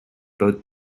both